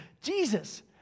Jesus